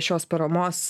šios paramos